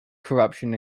corruption